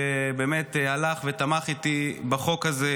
שבאמת הלך איתי ותמך בי בחוק הזה,